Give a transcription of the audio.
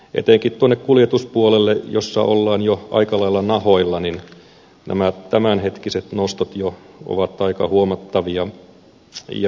etenkin tuonne kuljetuspuolelle jossa ollaan jo aika lailla nahoilla nämä tämänhetkiset nostot jo ovat aika huomattavia